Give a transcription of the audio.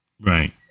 right